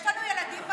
יש לנו ילדים בבית,